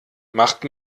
macht